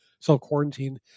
self-quarantine